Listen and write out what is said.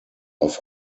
auf